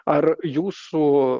ar jūsų